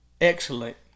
excellent